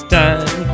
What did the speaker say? time